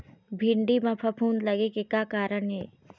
भिंडी म फफूंद लगे के का कारण ये?